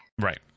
Right